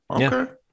Okay